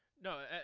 No